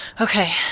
Okay